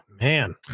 man